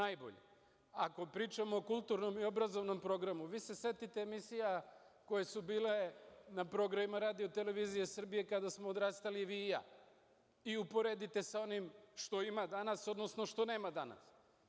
Ako pričamo o kulturnom i obrazovnom programu, vi se setite emisija koje su bile na programima RTS-a kada smo odrastali vi i ja, i uporedite sa onim što ima danas, odnosno što nema danas.